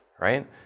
right